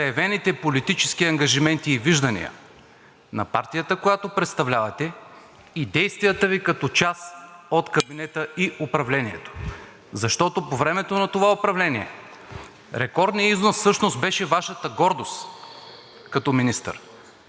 от кабинета и управлението. Защото по времето на това управление рекордният износ всъщност беше Вашата гордост като министър. Ето защо аз не мога да приема обвиненията в непоследователност към „Български възход“ поради простата причина,